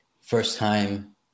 first-time